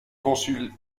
consul